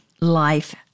life